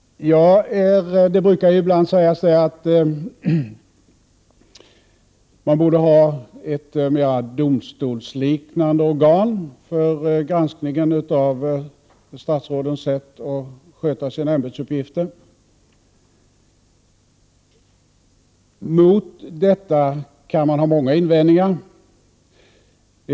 Det brukar sägas att det borde finnas ett mera domstolsliknande organ för granskningen av statsrådens sätt att sköta sina ämbetsuppgifter. Man kan ha många invändningar mot detta.